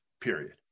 period